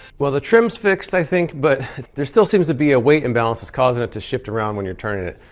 well the trim's fixed i think but there still seems to be a weight imbalance that's causing it to shift around when you're turning it.